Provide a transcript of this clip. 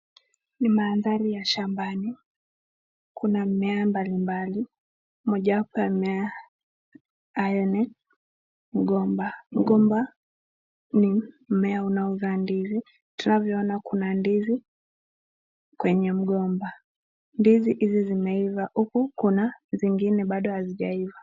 Ni mandhari ya shambani, kuna mimea mbali mbali moja wapo ya mmea haya ni mgomba. Mgomba ni mmea unaozaa ndizi, tunavyoona kuna ndizi kwenye mgomba. Ndizi hizi zimeiva huku kuna zingine bado hazijaiva.